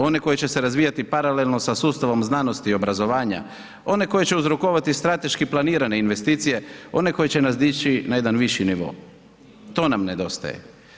One koje će nam se razvijati paralelno sa sustavom znanosti i obrazovanja, one koje će uzrokovati strateški planirane investicije, one koje će nas dići na jedan viši nivo, to nam nedostaje.